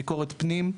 ביקורת פנים.